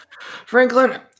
Franklin